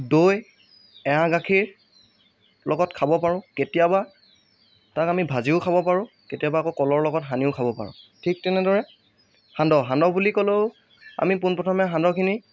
দৈ এৱাঁ গাখীৰ লগত খাব পাৰোঁ কেতিয়াবা তাক আমি ভাজিও খাব পাৰোঁ কেতিয়াবা আকৌ কলৰ লগত সানিও খাব পাৰোঁ ঠিক তেনেদৰে সান্দহ সান্দহ বুলি ক'লেও আমি পোন প্ৰথমে সান্দহখিনি